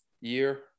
year